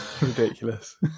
ridiculous